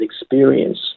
experience